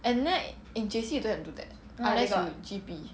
and then in J_C you don't have to do that unless you G_P